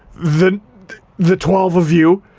the the twelve of you,